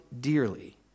dearly